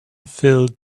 filled